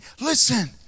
listen